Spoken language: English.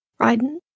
Ryden